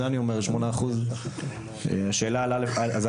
אני אומר את זה על 8%. אז השאלה היא: א',